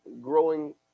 growing